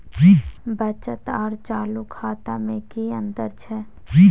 बचत आर चालू खाता में कि अतंर छै?